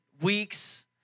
weeks